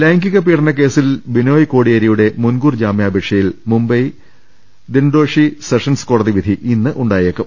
ലൈംഗിക പീഡനക്കേസിൽ ബിനോയ് കോടിയേരിയുടെ മുൻകൂർ ജാമ്യാപേക്ഷയിൽ മുംബൈ ദിൻഡോഷി സെഷൻസ് കോടതിവിധി ഇന്നുണ്ടായേക്കും